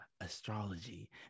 astrology